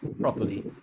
properly